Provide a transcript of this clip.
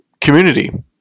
community